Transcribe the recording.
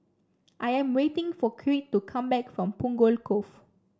I am waiting for Creed to come back from Punggol Cove